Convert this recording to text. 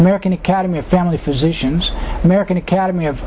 american academy of family physicians american academy of